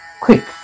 quick